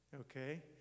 Okay